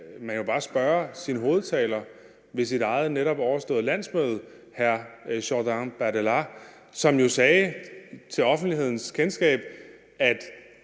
kan han jo bare spørge sin hovedtaler ved sit eget netop overståede landsmøde, Jordan Bardella, som jo sagde til offentlighedens kendskab,